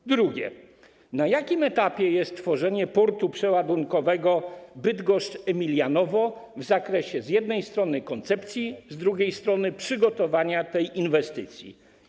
Po drugie, na jakim etapie jest tworzenie portu przeładunkowego Bydgoszcz Emilianowo w zakresie z jednej strony koncepcji, z drugiej strony przygotowania tej inwestycji?